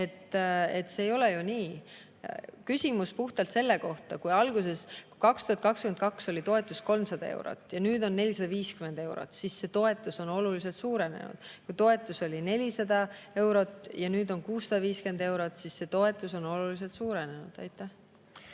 See ei ole ju nii. Küsimus oli puhtalt [toetuste] kohta. Kui alguses, 2022 oli toetus 300 eurot ja nüüd on 450 eurot, siis see toetus on oluliselt suurenenud. Kui toetus oli 400 eurot ja nüüd on 650 eurot, siis see toetus on oluliselt suurenenud.